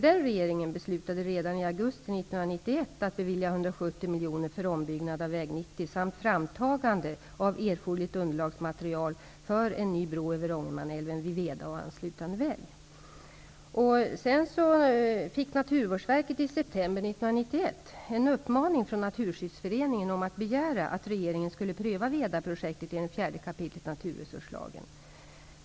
Den regeringen beslutade redan i augusti 1991 att bevilja 170 miljoner för ombyggnad av väg 90 samt framtagande av erforderligt underlagsmaterial för byggandet av en ny bro över Ångermanälven vid Naturskyddsföreningen att begära att regeringen skulle pröva Vedaprojektet enligt 4 kap. naturresurslagen.